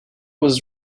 was